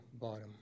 bottom